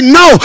no